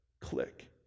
click